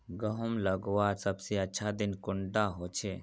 गहुम लगवार सबसे अच्छा दिन कुंडा होचे?